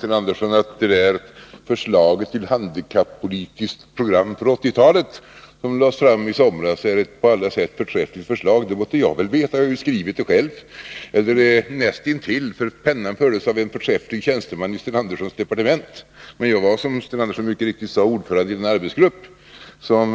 Herr talman! Det där förslaget till handikappolitiskt program för 1980-talet som lades fram i somras är ett på alla sätt förträffligt förslag. Det måtte jag väl veta — jag har ju skrivit det själv! Eller näst intill, för pennan fördes av en förträfflig tjänsteman i Sten Anderssons departement. Men jag var, som Sten Andersson mycket riktigt sade, ordförande i den arbetsgrupp som